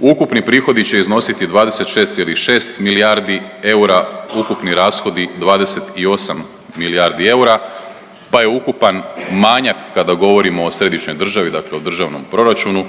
Ukupni prihodi će iznositi 26,6 milijardi eura, ukupni rashodi 28 milijardi eura, pa je ukupan manjak kada govorimo o središnjoj državi dakle o državnom proračunu